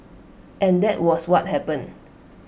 and that was what happened